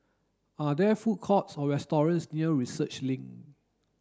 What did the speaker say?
are there food courts or restaurants near Research Link